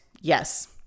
Yes